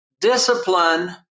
discipline